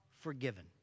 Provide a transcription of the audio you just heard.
forgiven